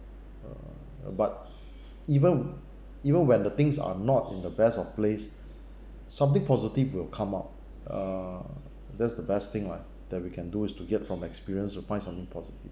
uh uh but even even when the things are not in the best of place something positive will come out err that's the best thing right that we can do is to get from experience is to find something positive